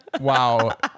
Wow